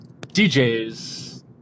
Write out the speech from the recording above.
DJ's